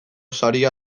saria